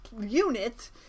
unit